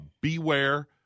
Beware